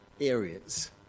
areas